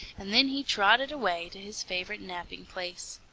and then he trotted away to his favorite napping-place.